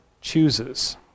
chooses